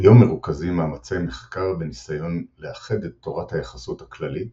כיום מרוכזים מאמצי מחקר בניסיון לאחד את תורת היחסות הכללית